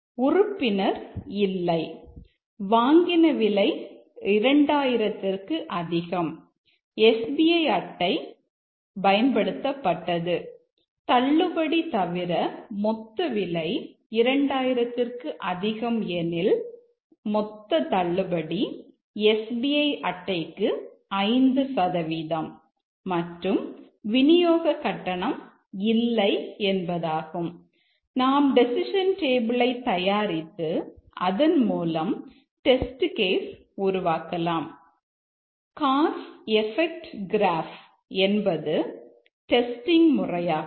உறுப்பினர் இல்லை வாங்கின விலை 2000 ஆம் எஸ்பிஐ அட்டை ஆம் தள்ளுபடி தவிர மொத்த விலை 2000 ஆம் எனில் மொத்த தள்ளுபடி எஸ்பிஐ அட்டைக்கு 5 சதவீதம் மற்றும் விநியோக கட்டணம் இல்லை என்பதாகும்